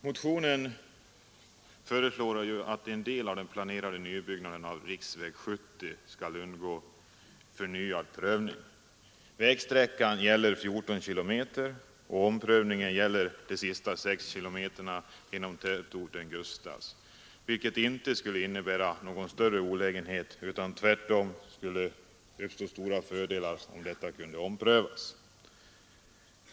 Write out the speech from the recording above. Motionen föreslår att en del av den planerade nybyggnaden av riksväg 70 skall undergå förnyad prövning. Vägsträckan gäller 14 km, och omprövningen gäller de sista 6 kilometerna genom tätorten Gustafs, vilket inte skulle innebära någon större olägenhet; tvärtom skulle en omprövning medföra stora fördelar.